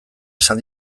esan